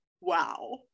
wow